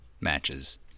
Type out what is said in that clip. matches